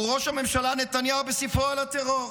הוא ראש הממשלה נתניהו בספרו על הטרור.